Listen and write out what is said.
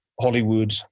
Hollywood